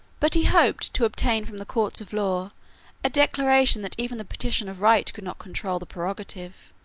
but he hoped to obtain from the courts of law a declaration that even the petition of right could not control the prerogative.